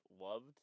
loved